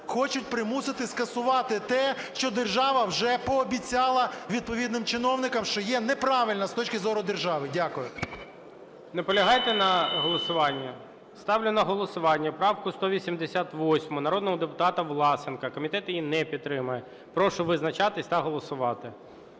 хочуть примусити скасувати те, що держава вже пообіцяла відповідним чиновникам, що є неправильно з точки зору держави. Дякую. ГОЛОВУЮЧИЙ. Наполягаєте на голосуванні? Ставлю на голосування правку 188 народного депутата Власенка. Комітет її не підтримує. Прошу визначатися та голосувати.